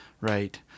Right